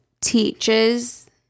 teaches